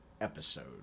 episode